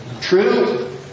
True